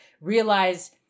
realize